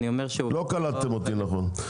אני אומר שוב --- לא קלטתם אותי נכון.